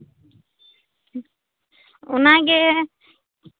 ᱚᱱᱟᱜᱮ